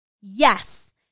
yes